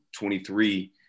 23